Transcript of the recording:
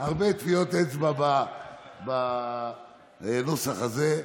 יש לו הרבה טביעות אצבע בנוסח הזה.